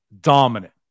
dominant